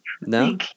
no